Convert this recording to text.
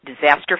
Disaster